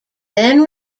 then